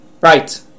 Right